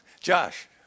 josh